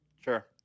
sure